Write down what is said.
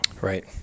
right